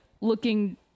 looking